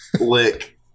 lick